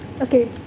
Okay